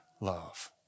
love